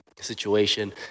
Situation